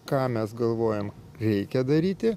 ką mes galvojam reikia daryti